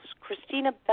Christina